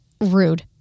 rude